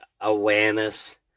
Awareness